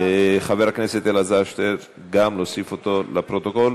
חבר הכנסת אלעזר שטרן, גם להוסיף אותו לפרוטוקול?